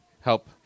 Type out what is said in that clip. help